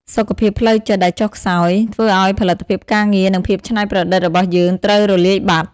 សុខភាពផ្លូវចិត្តដែលចុះខ្សោយ ធ្វើឱ្យផលិតភាពការងារ និងភាពច្នៃប្រឌិតរបស់យើងត្រូវរលាយបាត់។